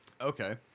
Okay